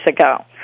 ago